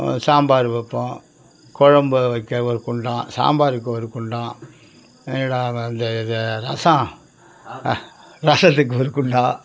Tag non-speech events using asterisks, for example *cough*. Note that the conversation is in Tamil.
சாம்பார் வைப்போம் குழம்பு வைக்க ஒரு குண்டான் சாம்பார் வைக்க ஒரு குண்டான் *unintelligible* இந்த ரசம் ரசத்துக்கு ஒரு குண்டான்